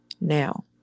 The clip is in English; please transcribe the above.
now